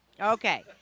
Okay